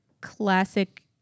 classic